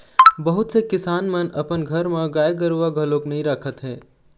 बहुत से किसान मन अपन घर म गाय गरूवा घलोक नइ राखत हे